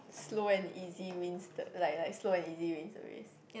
slow and easy wins the like like slow and easy wins the race